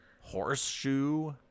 Horseshoe